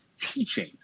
teaching